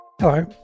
Hello